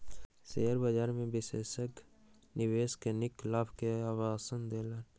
share बजार में विशेषज्ञ निवेशक के नीक लाभ के आश्वासन देलक